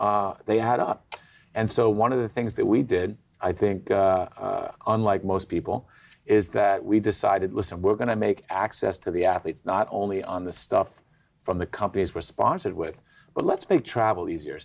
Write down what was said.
they had up and so one of the things that we did i think unlike most people is that we decided listen we're going to make access to the athletes not only on the stuff from the companies were sponsored with but let's make travel easier